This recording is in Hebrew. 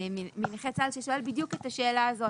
מנכה צה"ל ששואל בדיוק את השאלה הזאת,